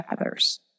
others